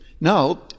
Now